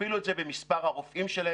תכפילו את זה במספר הרופאים שלהם,